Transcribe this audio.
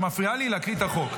את מפריעה לי להקריא את החוק.